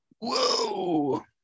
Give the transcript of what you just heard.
Whoa